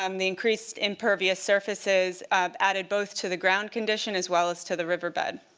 um the increased impervious surfaces added both to the ground condition as well as to the riverbed.